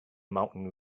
mountain